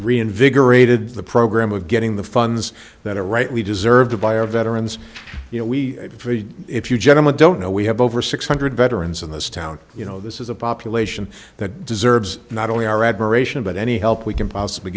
reinvigorated the program of getting the funds that are right we deserve to buy our veterans you know we if you general i don't know we have over six hundred veterans in this town you know this is a population that deserves not only our admiration but any help we can possibly